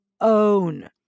own